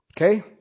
Okay